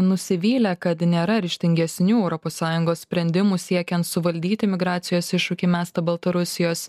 nusivylę kad nėra ryžtingesnių europos sąjungos sprendimų siekiant suvaldyti migracijos iššūkį mestą baltarusijos